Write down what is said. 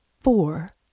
four